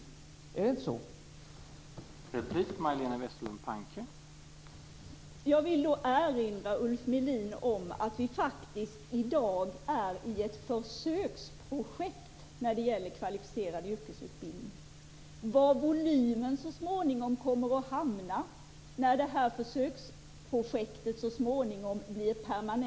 Är det inte så?